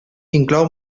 inclou